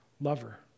lover